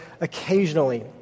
occasionally